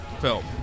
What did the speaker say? film